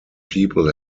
people